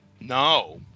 No